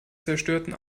zerstörten